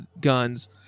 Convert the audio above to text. guns